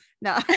no